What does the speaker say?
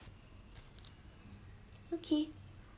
okay